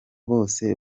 bose